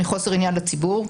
מחוסר עניין לציבור,